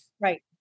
Right